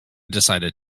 decided